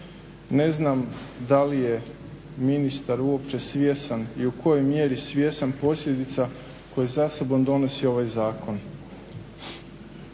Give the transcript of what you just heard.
Ne znam da li je ministar uopće svjestan i u kojoj mjeri svjestan posljedica koje za sobom donosi ovaj zakon.